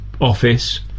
office